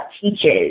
teaches